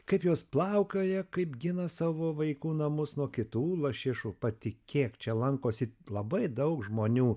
kaip jos plaukioja kaip gina savo vaikų namus nuo kitų lašišų patikėk čia lankosi labai daug žmonių